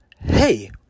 hey